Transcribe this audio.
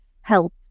help